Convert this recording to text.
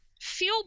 feel